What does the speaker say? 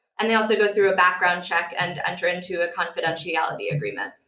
and they also go through a background check and enter into a confidentiality agreement.